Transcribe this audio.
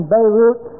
Beirut